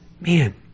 Man